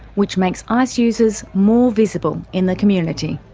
which makes ice users more visible in the community.